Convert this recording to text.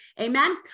Amen